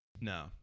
No